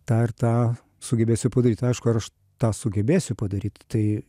tą ir tą sugebėsiu padaryt aišku ar aš tą sugebėsiu padaryt tai